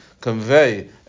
convey